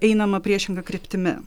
einama priešinga kryptimi